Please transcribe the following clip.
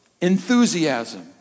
enthusiasm